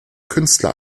künstler